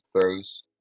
throws